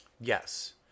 Yes